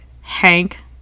Hank